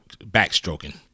backstroking